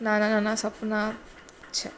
નાના નાના સપના છે